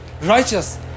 righteous